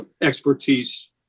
expertise